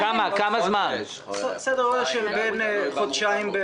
סדר גודל של חודשיים.